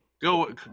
Go